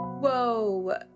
Whoa